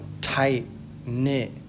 tight-knit